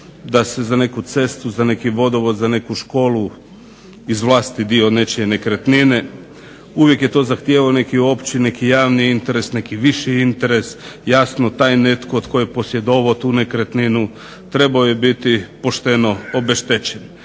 da se za neku cestu za neki vodovod za neku školu izvlasti dio od nečije nekretnine. Uvijek je to zahtijevao neki opći neki javni interes neki viši interes. Jasno taj netko tko je posjedovao tu nekretninu trebao je biti pošteno obeštećen.